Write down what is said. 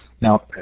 Now